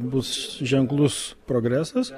bus ženklus progresas